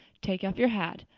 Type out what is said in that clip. take off your hat.